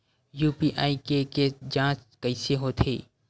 UPI के के जांच कइसे होथे?